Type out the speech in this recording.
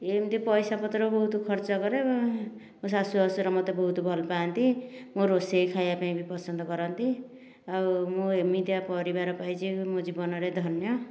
ଏମିତି ପଇସା ପତ୍ର ବହୁତ ଖର୍ଚ୍ଚ କରେ ମୋ ଶାଶୁ ଶ୍ୱଶୁର ମତେ ବହୁତ ଭଲ ପାଆନ୍ତି ମୋ ରୋଷେଇ ଖାଇବା ପାଇଁ ବି ପସନ୍ଦ କରନ୍ତି ଆଉ ମୁଁ ଏମିତିକା ପରିବାର ପାଇଛି ମୋ ଜୀବନରେ ଧନ୍ୟ